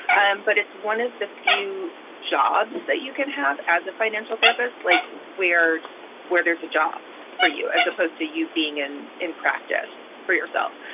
and but it's one of the few jobs that you can have as a financial therapist. like where where there's a job for you as opposed to you being in in practice for yourself.